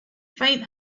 faint